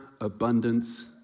abundance